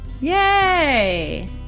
Yay